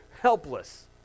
helpless